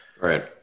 Right